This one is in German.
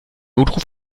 notruf